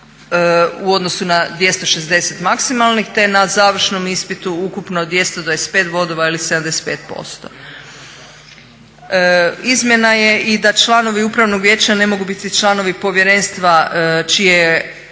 u odnosu na 260 maksimalnih te na završnom ispitu ukupno 225 bodova ili 75%. Izmjena je i da članovi upravnog vijeća ne mogu biti članovi povjerenstva čije je